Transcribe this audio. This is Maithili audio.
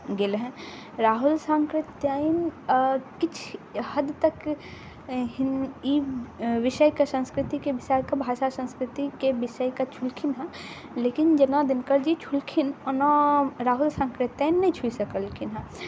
गेल हँ राहुल सांकृत्यायन किछु हद तक ई विषयके संस्कृतिके विषयके भाषाके संस्कृतिके विषयके छुलखिन हँ लेकिन जेना दिनकरजी छुलखिन ओना राहुल सांकृत्यायन नहि छुइ सकलखिन हँ